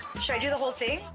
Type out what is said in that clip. should i do the whole thing?